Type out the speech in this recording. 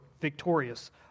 victorious